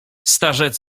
starzec